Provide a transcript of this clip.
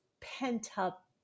pent-up